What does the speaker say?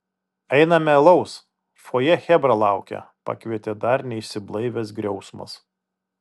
einame alaus fojė chebra laukia pakvietė dar neišsiblaivęs griausmas